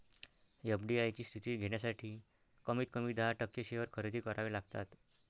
FDI ची स्थिती घेण्यासाठी कमीत कमी दहा टक्के शेअर खरेदी करावे लागतात